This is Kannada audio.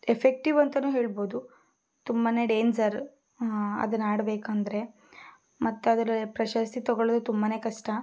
ಎಫೆಕ್ಟಿವ್ ಅಂತಾನೂ ಹೇಳ್ಬೋದು ತುಂಬ ಡೇಂಜರ್ ಅದನ್ನು ಆಡಬೇಕಂದ್ರೆ ಮತ್ತದರಲ್ಲಿ ಪ್ರಶಸ್ತಿ ತಗೊಳ್ಳೋದು ತುಂಬ ಕಷ್ಟ